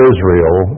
Israel